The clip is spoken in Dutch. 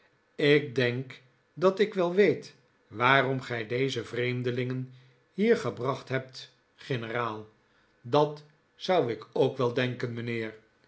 ik denk dat ik wel weet waarom gij deze vreemdelingen hier gebracht hebt generaal dat zou ik ook wel denken mijnheer